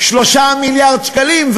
3 מיליארד שקלים.